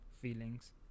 feelings